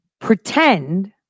pretend